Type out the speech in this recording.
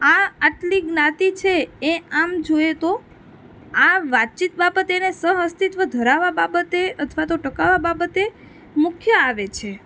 આ આટલી જ્ઞાતિ છે એ આમ જોઈએ તો આ વાતચીત બાબતે એને સહઅસ્તિત્વ ધરાવવાં બાબતે અથવા તો ટકાવવાં બાબતે મુખ્ય આવે છે